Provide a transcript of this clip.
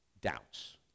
doubts